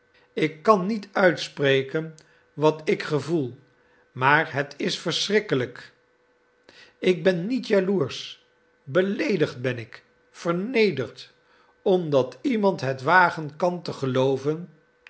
ik kan niet uitspreken wat ik gevoel maar het is verschrikkelijk ik ben niet jaloersch beleedigd ben ik vernederd omdat iemand het wagen kan te gelooven